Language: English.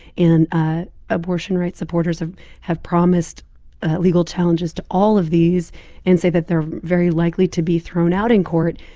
and ah abortion rights supporters have promised legal challenges to all of these and say that they're very likely to be thrown out in court.